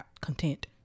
content